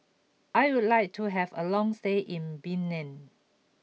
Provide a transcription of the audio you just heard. I would like to have a long stay in Benin